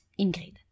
Ingrid